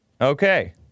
Okay